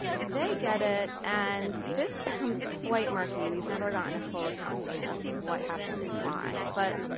they get it, and this becomes quite murky, we've never gotten a full accounting of what happened and why, but.